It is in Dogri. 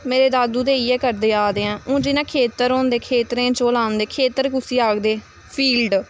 मेरे दादू ते इ'यै करदे आवा'रदे ऐं हून जि'यां खेतर होंदे खेतरें च ओह् लांदे खेतर कुसी आखदे फील्ड